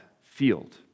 field